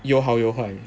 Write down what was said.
有好有坏